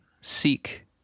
seek